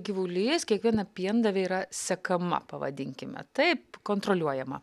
gyvulys kiekviena piendavė yra sekama pavadinkime taip kontroliuojama